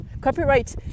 copyright